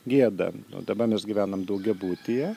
gėda o daba mes gyvenam daugiabutyje